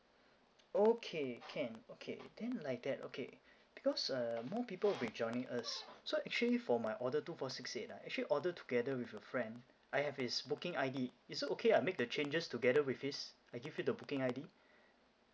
okay can okay then like that okay because uh more people will be joining us so actually for my order two four six eight ah actually order together with a friend I have his booking I_D is it okay I make the changes together with his I give you the booking I_D